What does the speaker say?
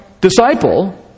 disciple